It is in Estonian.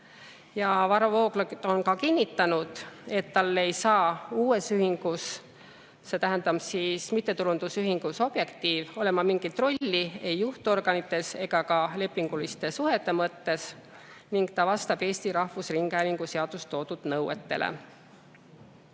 Varro Vooglaid on kinnitanud, et tal ei saa uues ühingus, see tähendab mittetulundusühingus Objektiiv, olema mingit rolli ei juhtorganites ega ka lepinguliste suhete mõttes ning ta vastab Eesti Rahvusringhäälingu seaduses toodud nõuetele.